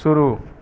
शुरू